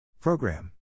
Program